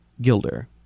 gilder